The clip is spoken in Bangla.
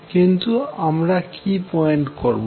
কিন্তু আমরা কি পয়েন্ট করবো